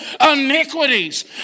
iniquities